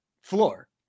floor